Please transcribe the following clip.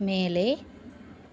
மேலே